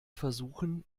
versuchen